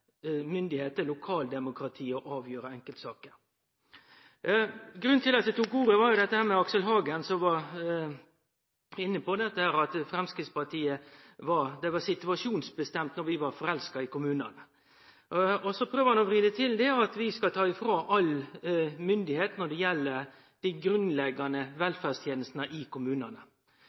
myndigheiter – lokaldemokratiet – å avgjere enkeltsaker. Grunnen til at eg tok ordet, var Aksel Hagen, som var inne på at det var situasjonsbestemt når Framstegspartiet var forelska i kommunane. Så prøver han å vri det til at vi skal ta frå kommunane all myndigheit når det gjeld dei grunnleggjande velferdstenestene i kommunane.